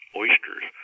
oysters